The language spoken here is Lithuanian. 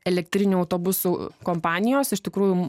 elektrinių autobusų kompanijos iš tikrųjų